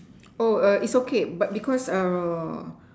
oh err it's okay because err